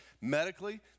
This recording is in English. Medically